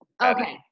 okay